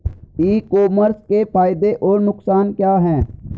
ई commerce के फायदे और नुकसान क्या हैं?